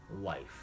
life